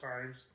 times